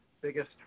biggest